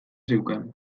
zeukan